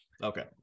okay